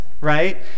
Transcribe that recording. right